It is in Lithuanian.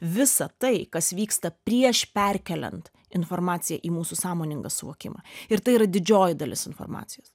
visa tai kas vyksta prieš perkeliant informaciją į mūsų sąmoningą suvokimą ir tai yra didžioji dalis informacijos